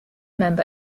member